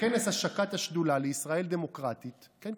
בכנס השקת השדולה לישראל דמוקרטית,